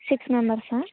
six మెంబర్సా